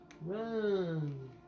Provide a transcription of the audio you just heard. run